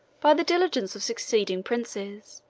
by the diligence of succeeding princes,